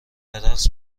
برقص